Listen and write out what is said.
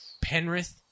Penrith